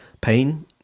pain